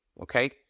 Okay